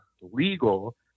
legal